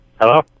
hello